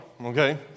Okay